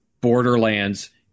Borderlands